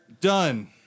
done